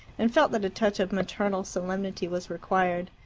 and felt that a touch of maternal solemnity was required.